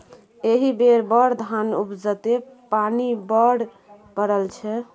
एहि बेर बड़ धान उपजतै पानि बड्ड पड़ल छै